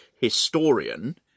historian